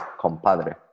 compadre